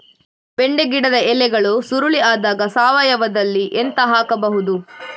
ಬೆಂಡೆ ಗಿಡದ ಎಲೆಗಳು ಸುರುಳಿ ಆದಾಗ ಸಾವಯವದಲ್ಲಿ ಎಂತ ಹಾಕಬಹುದು?